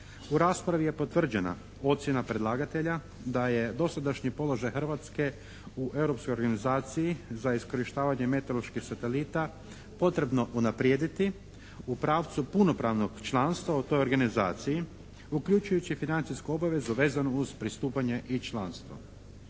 U raspravi je potvrđena ocjena predlagatelja da je dosadašnji položaj Hrvatske u Europskoj organizaciji za iskorištavanje meteoroloških satelita potrebno unaprijediti u pravcu punopravnog članstva u toj organizaciji uključujući financijsku obavezu vezanu uz pristupanje i članstvo.